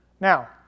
Now